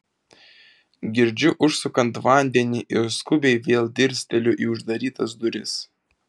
girdžiu užsukant vandenį ir skubiai vėl dirsteliu į uždarytas duris